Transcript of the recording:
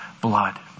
blood